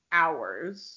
hours